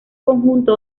conjunto